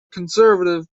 conservative